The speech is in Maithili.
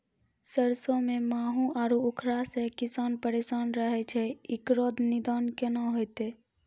सरसों मे माहू आरु उखरा से किसान परेशान रहैय छैय, इकरो निदान केना होते?